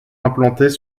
implantés